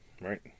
right